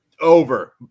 over